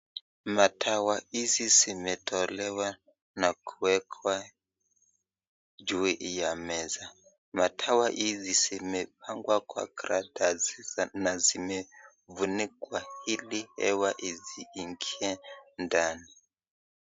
Madawa hizi zimetolewa na kuwekwa juu ya meza. Madawa hizi zimepangwa kwa karatasi na zimefunikwa ili hewa isiingie ndani.